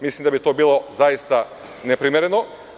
Mislim da bi to bilo zaista neprimereno.